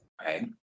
Right